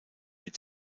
mit